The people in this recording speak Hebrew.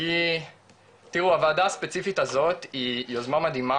כי תראו הוועדה הספציפית הזאת היא יוזמה מדהימה